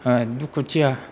दुखुथिया